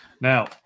Now